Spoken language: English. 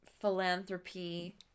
philanthropy